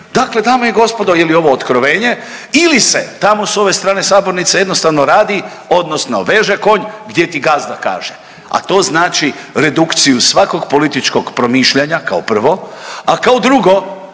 Dakle, dame i gospodo je li ovo otkrovenje ili se tamo s ove strane sabornice jednostavno radi odnosno veže konj gdje ti gazda kaže, a to znači redukciju svakog političkog promišljanja kao prvo, a kao drugo